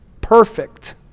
Perfect